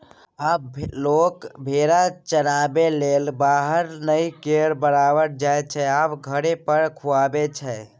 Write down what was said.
आब लोक भेरा चराबैलेल बाहर नहि केर बराबर जाइत छै आब घरे पर खुआबै छै